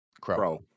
crow